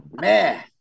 man